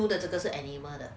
but 她读的这个是 animal 的